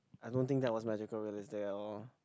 I don't think that was magical realistic at all